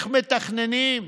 איך מתכננים.